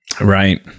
right